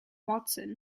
watson